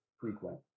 frequent